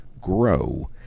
grow